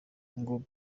ngo